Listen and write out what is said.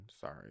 sorry